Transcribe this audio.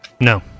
No